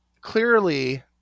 Clearly